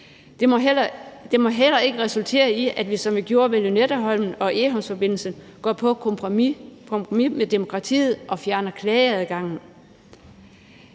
Det må heller ikke resultere i, at vi, som vi gjorde med Lynetteholmen og Egholmsforbindelsen, går på kompromis med demokratiet og fjerner klageadgangen.